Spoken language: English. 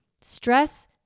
stress